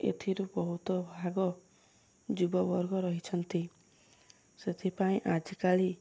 ଏଥିରୁ ବହୁତ ଭାଗ ଯୁବ ବର୍ଗ ରହିଛନ୍ତି ସେଥିପାଇଁ ଆଜିକାଲି